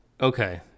Okay